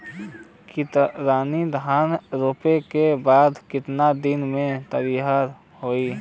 कतरनी धान रोपे के बाद कितना दिन में तैयार होई?